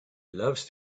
loves